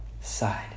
side